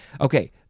Okay